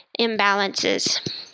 imbalances